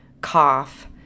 cough